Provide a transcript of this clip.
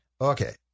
Okay